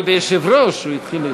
אבל ביושב-ראש הוא התחיל,